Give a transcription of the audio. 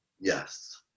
Yes